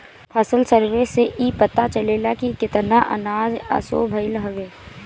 फसल सर्वे से इ पता चलेला की केतना अनाज असो भईल हवे